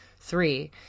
Three